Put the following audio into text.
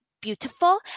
beautiful